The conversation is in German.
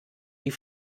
die